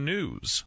News